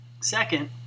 Second